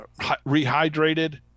rehydrated